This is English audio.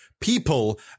people